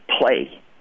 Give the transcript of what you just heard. play